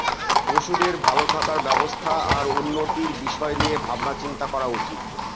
পশুদের ভালো থাকার ব্যবস্থা আর উন্নতির বিষয় নিয়ে ভাবনা চিন্তা করা উচিত